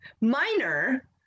Minor